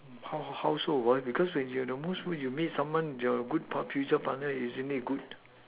how how so why because when you are in your worst mood you meet someone which is your good future partner isn't it good